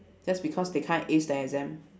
just because they can't ace the exams